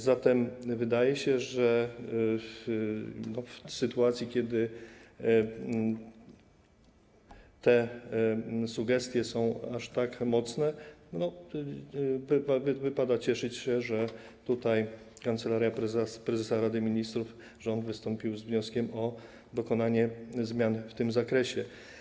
Zatem wydaje się, że w sytuacji, kiedy te sugestie są aż tak mocne, wypada cieszyć się, że Kancelaria Prezesa Rady Ministrów, że rząd wystąpił z wnioskiem o dokonanie zmian w tym zakresie.